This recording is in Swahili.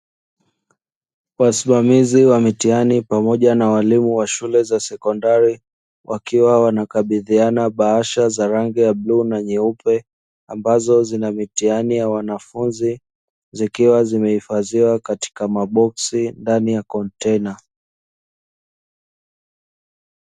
Wasimamizi wa mitihani pamoja na walimu wa shule za sekondari wakiwa wanakabidhiana bahasha za rangi ya blue na nyeupe, ambazo zina mitihani ya wanafunzi, zikiwa zimehifadhiwa katika maboksi ndani ya kontena.